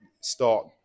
start